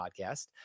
podcast